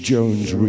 Jones